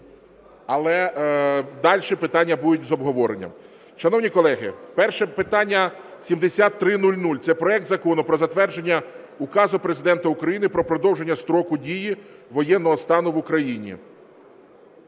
але дальше питання будуть з обговоренням. Шановні колеги, перше питання 7300. Це проект Закону про затвердження Указу Президента України "Про продовження строку дії воєнного стану в Україні".